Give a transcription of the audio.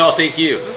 ah thank you!